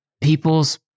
people's